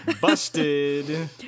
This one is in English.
Busted